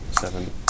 seven